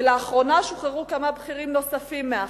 ולאחרונה שוחררו כמה בכירים נוספים מה"חמאס"